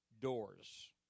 doors